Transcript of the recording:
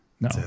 No